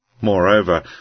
Moreover